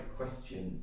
question